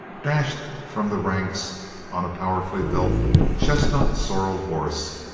dashed from the ranks on a powerfully built chestnut-sorrel horse,